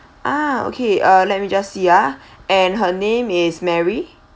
ah okay uh let me just see ah and her name is mary